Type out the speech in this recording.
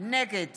נגד